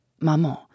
Maman